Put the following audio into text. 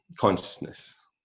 consciousness